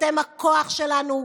אתם הכוח שלנו.